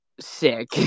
sick